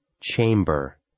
Chamber